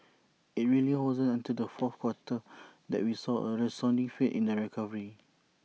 IT really wasn't until the fourth quarter that we saw A resounding faith in the recovery